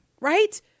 Right